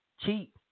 cheap